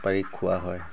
পাৰি খোৱা হয়